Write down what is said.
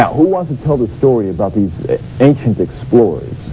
who wants and tell the story about these ancient explorers?